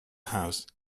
house